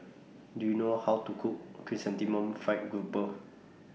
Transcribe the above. Do YOU know How to Cook Chrysanthemum Fried Grouper